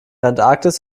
antarktis